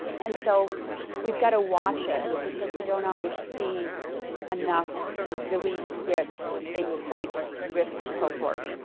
and so we've got to watch it because we don't always see enough to really get a tight risk cohort.